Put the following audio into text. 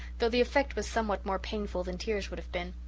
though the effect was somewhat more painful than tears would have been.